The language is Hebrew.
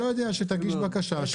אני לא יודע, שתגיש בקשה.